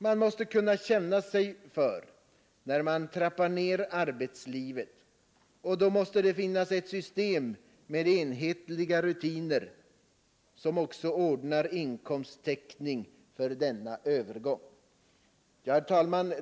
Man måste kunna känna sig för, när man trappar ner arbetslivet. Och då måste det finnas ett system med enhetliga rutiner som oc inkomsttäckningen för denna övergång.” Herr talman!